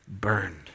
burned